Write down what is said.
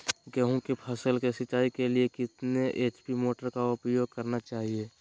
गेंहू की फसल के सिंचाई के लिए कितने एच.पी मोटर का उपयोग करना चाहिए?